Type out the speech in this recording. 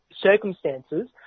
circumstances